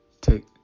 take